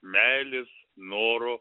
meilės noro